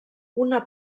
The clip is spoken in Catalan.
una